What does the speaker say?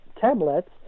tablets